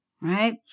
Right